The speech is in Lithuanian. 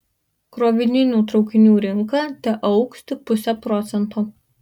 krovininių traukinių rinka teaugs tik puse procento